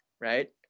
right